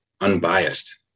unbiased